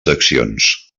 seccions